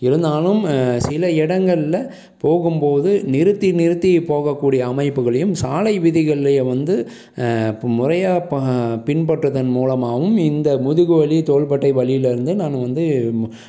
இருந்தாலும் சில இடங்களில் போகும்போது நிறுத்தி நிறுத்தி போகக்கூடிய அமைப்புகளையும் சாலை விதிகள் வந்து முறையாக ப பின்பற்றுவதன் மூலமாகவும் இந்த முதுகு வலி தோள்பட்டை வலியிலேருந்து நான் வந்து